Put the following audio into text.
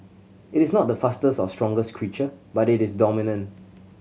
it is not the fastest or strongest creature but it is dominant